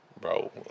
bro